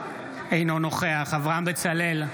אינו נוכח אברהם בצלאל,